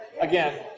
again